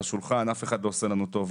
על השולחן כי אף אחד לא עושה לנו טובה.